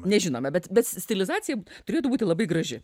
nežinome bet bet stilizacija turėtų būti labai graži